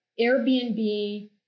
Airbnb